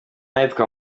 ahitwa